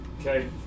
Okay